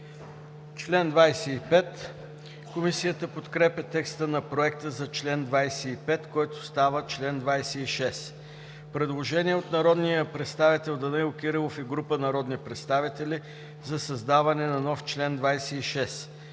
КИРИЛОВ: Комисията подкрепя текста на Проекта за чл. 25, който става чл. 26. Предложение от народния представител Данаил Кирилов и група народни представители за създаване на нов чл. 26.